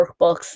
workbooks